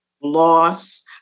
loss